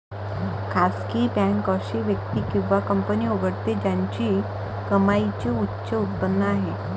खासगी बँक अशी व्यक्ती किंवा कंपनी उघडते ज्याची कमाईची उच्च उत्पन्न आहे